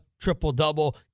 Triple-double